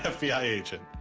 ah fbi agent